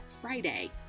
Friday